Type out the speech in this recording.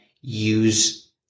use